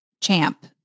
Champ